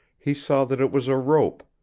he saw that it was a rope,